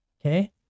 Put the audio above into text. Okay